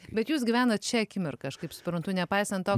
bet jūs gyvenat šia akimirka aš kaip suprantu nepaisant to